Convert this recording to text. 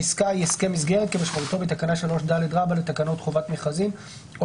העסקה היא "הסכם מסגרת" כמשמעותו בתקנה 3ד לתקנות חובת המכרזים או